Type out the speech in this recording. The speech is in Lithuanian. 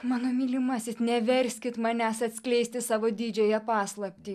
mano mylimasis neverskit manęs atskleisti savo didžiąją paslaptį